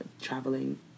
traveling